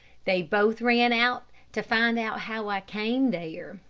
they both ran out to find out how i came there,